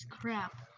crap